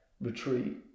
retreat